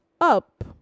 up